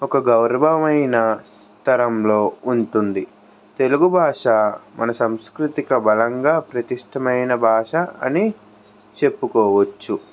ఒక గౌరవమైన తరంలో ఉంటుంది తెలుగు భాష మన సాంస్కృతిక బలంగా ప్రతిష్టమైన భాష అని చెప్పుకోవచ్చు